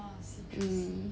um